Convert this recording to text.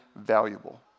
valuable